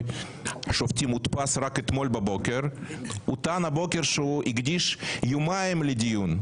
שופטים הודפס רק אתמול בבוקר הוא טען הבוקר שהוא הקדיש יומיים לדיון.